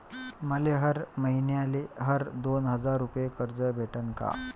मले हर मईन्याले हर दोन हजार रुपये कर्ज भेटन का?